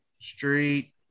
Street